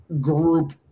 group